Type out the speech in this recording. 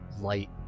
light